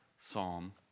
Psalm